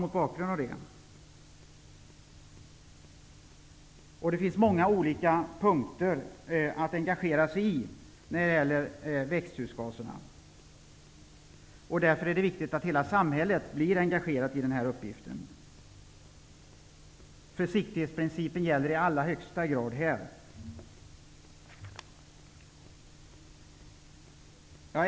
I fråga om växthusgaserna finns det många punkter att engagera sig i. Därför är det viktigt att engagera hela samhället i denna uppgift. Försiktighetsprincipen gäller i allra högsta grad här.